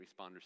responders